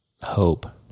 hope